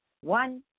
one